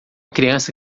criança